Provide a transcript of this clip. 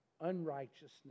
unrighteousness